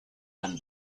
and